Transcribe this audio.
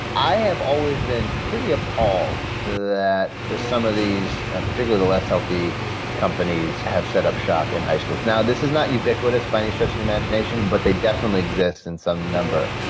i have always been pretty appalled that some of these particularly the less healthy companies have set up shop in high schools. now, this is not ubiquitous by any stretch of the imagination, but they definitely exist in some number.